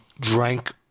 drank